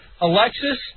Alexis